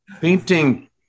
painting